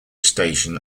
station